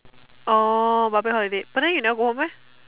orh public holiday but then you never go home meh